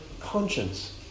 conscience